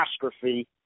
catastrophe